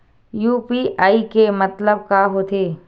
UPI के मतलब का होथे?